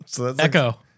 Echo